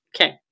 Okay